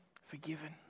forgiven